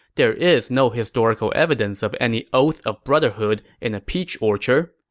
there is no historical evidence of any oath of brotherhood in a peach orchard.